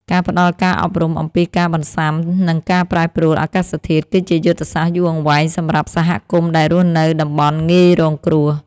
ការផ្តល់ការអប់រំអំពីការបន្ស៊ាំនឹងការប្រែប្រួលអាកាសធាតុ គឺជាយុទ្ធសាស្ត្រយូរអង្វែងសម្រាប់សហគមន៍ដែលរស់នៅតំបន់ងាយរងគ្រោះ។